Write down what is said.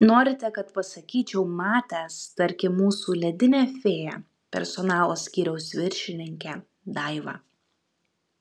norite kad pasakyčiau matęs tarkim mūsų ledinę fėją personalo skyriaus viršininkę daivą